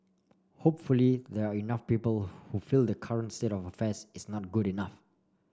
hopefully there are enough people who feel the current state of affairs is not good enough